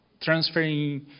transferring